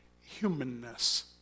humanness